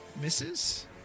misses